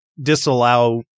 disallow